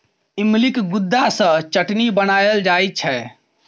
इमलीक गुद्दा सँ चटनी बनाएल जाइ छै